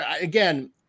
again